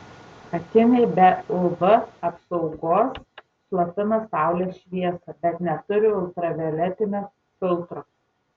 akiniai be uv apsaugos slopina saulės šviesą bet neturi ultravioletinio filtro